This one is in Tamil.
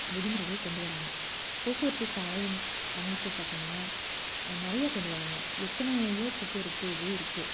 விதிமுறைகள் கொண்டு வராங்க போக்குவரத்து சாலையின் அமைப்பு பார்த்தீங்கன்னா நிறையா கொண்டு வராங்க எத்தனையோ போக்குவரத்து இது இருக்குது